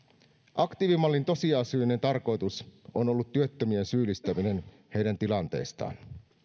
aktiivimallin tosiasiallinen tarkoitus on ollut työttömien syyllistäminen heidän tilanteestaan